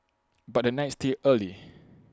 but the night still early